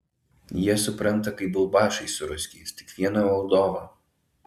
jie supranta kaip bulbašai su ruskiais tik vieną valdovą